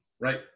right